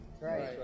Right